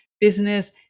business